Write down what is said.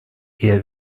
eher